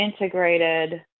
integrated